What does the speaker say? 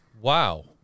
wow